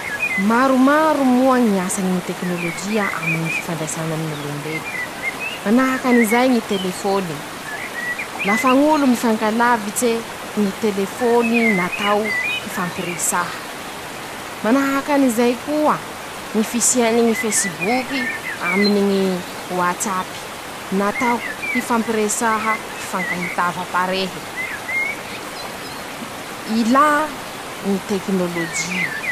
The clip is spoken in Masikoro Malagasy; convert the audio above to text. Maromaro moa ñy asany ñy tekinôlôjia aminy ñy fifandraisany aminy ñ'olombelo: -Manahakan'izay ñy telefôny lafa ñ'olo mifankalavitse, ñy telefôny natao hifampiresaha. -Manahakan'izay koa ñy fisiany ñy fesiboky aminy ñy oatsapy, natao hifampiresaha, hifankahitava tarehy, ilà ñy tekinôlôjy.